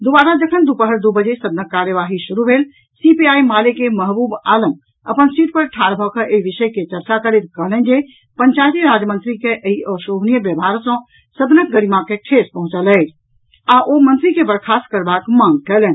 दूबारा जखन दूपहर दू बजे सदनक कार्यवाही शुरू भेल सीपीआई माले के महबूब आलम अपन सीट पर ठाढ़ भऽकऽ एहि विषय के चर्चा करैत कहलनि जे पंचायती राज मंत्री के एहि अशोभनीय व्यवहार सॅ सदनक गरिमा के ठेस पहुंचल अछि आ ओ मंत्री के बर्खास्त करबाक मांग कयलनि